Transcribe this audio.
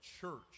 church